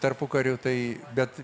tarpukariu tai bet